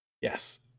Yes